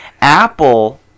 Apple